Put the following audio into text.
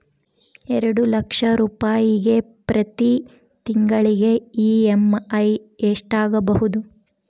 ಎರಡು ಲಕ್ಷ ರೂಪಾಯಿಗೆ ಪ್ರತಿ ತಿಂಗಳಿಗೆ ಇ.ಎಮ್.ಐ ಎಷ್ಟಾಗಬಹುದು?